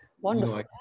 Wonderful